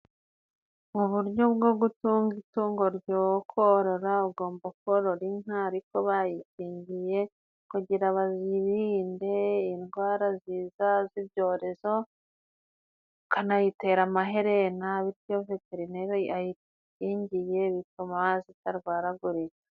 Mu buryo bwo gutunga itungo ryokorora ugomba korora inka ariko bayikingiye kugira ba zirinde indwara ziza z'ibyorezo ukanayitera amaherena, bityo veterineri ayikingiye bituma zitarwaragurika.